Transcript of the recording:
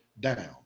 down